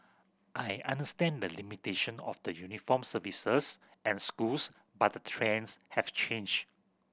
I understand the limitation of the uniformed services and schools but the trends have changed